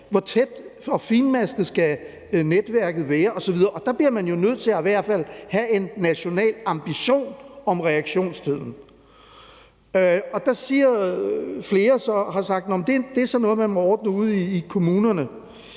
Hvor tæt og finmasket skal netværket være osv.? Og der bliver man jo nødt til i hvert fald at have en national ambition om reaktionstiden. Der har flere så sagt, at det er sådan noget, man må ordne ude i kommunerne.